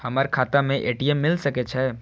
हमर खाता में ए.टी.एम मिल सके छै?